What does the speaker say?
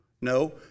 No